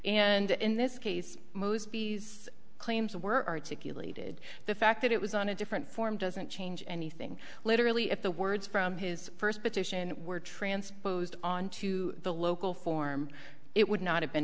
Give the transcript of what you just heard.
and in this case claims were articulated the fact that it was on a different form doesn't change anything literally if the words from his first petition were transposed on to the local form it would not have been